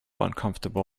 uncomfortable